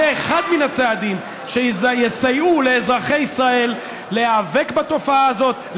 יהיה אחד מן הצעדים שיסייעו לאזרחי ישראל להיאבק בתופעה הזאת,